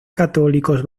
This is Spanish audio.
católicos